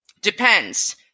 Depends